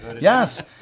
Yes